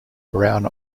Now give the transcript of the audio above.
brown